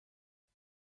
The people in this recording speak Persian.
کار